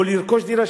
או לרכוש דירה,